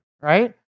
Right